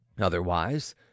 Otherwise